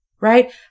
right